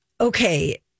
okay